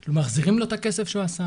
- אם מחזירים לו את הכסף שהוא אסף,